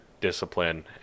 discipline